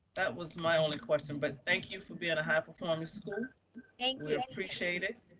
that was my only question, but thank you for being a high performing school. thank you. i appreciate it.